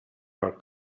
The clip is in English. her